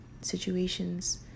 situations